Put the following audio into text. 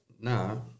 now